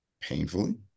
painfully